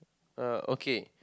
uh okay